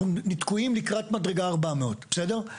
אנחנו תקועים לקראת מדרגה 400, בסדר?